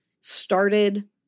started